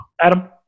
Adam